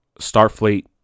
Starfleet